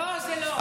לא, זה לא.